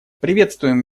приветствуем